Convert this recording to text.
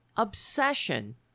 obsession